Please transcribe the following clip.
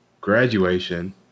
graduation